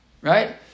right